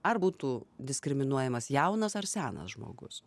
ar būtų diskriminuojamas jaunas ar senas žmogus